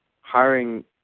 hiring